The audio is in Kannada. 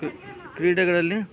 ಕಿ ಕ್ರೀಡೆಗಳಲ್ಲಿ